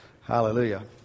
hallelujah